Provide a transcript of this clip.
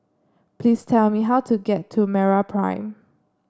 please tell me how to get to MeraPrime